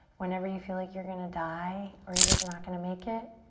whenever you feel like you're gonna die or you're just not gonna make it,